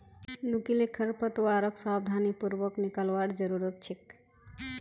नुकीले खरपतवारक सावधानी पूर्वक निकलवार जरूरत छेक